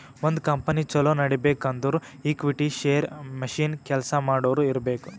ಒಂದ್ ಕಂಪನಿ ಛಲೋ ನಡಿಬೇಕ್ ಅಂದುರ್ ಈಕ್ವಿಟಿ, ಶೇರ್, ಮಷಿನ್, ಕೆಲ್ಸಾ ಮಾಡೋರು ಇರ್ಬೇಕ್